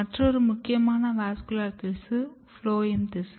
மற்றொரு முக்கியமான வாஸ்குலர் திசு ஃபுளோயம் திசு